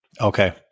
Okay